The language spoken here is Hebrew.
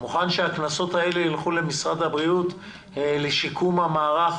מוכן שהקנסות הללו ילכו למשרד הבריאות לשיקום המערך